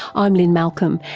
i'm lynne malcolm,